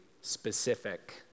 specific